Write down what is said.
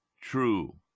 true